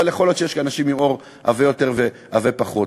אבל יכול להיות שיש אנשים עם עור עבה יותר ועבה פחות.